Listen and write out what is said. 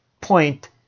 point